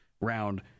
round